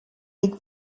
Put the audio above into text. big